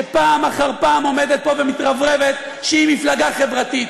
שפעם אחר פעם עומדת פה ומתרברבת שהיא מפלגה חברתית.